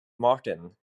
martin